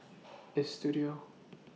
Istudio